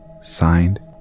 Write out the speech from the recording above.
Signed